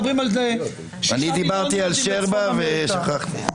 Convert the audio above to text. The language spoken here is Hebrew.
אני דיברתי על ז'רבה, ושכחתי.